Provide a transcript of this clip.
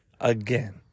again